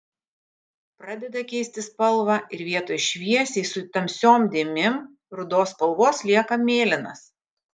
pradeda keisti spalvą ir vietoj šviesiai su tamsiom dėmėm rudos spalvos lieka mėlynas